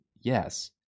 Yes